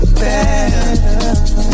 better